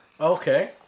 Okay